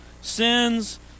sins